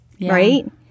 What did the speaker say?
right